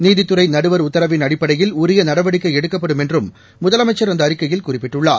நீதித்துறை நடுவர் உத்தரவின் அடிப்படையில் உரிய நடவடிக்கை எடுக்கப்படும் என்றும் முதலமைச்சர் அந்த அறிக்கையில் குறிப்பிட்டுள்ளார்